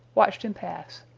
watched him pass.